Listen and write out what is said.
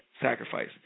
sacrifice